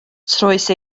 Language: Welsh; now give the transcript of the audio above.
troes